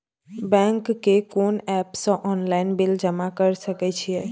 Bank के कोन app से ऑनलाइन बिल जमा कर सके छिए?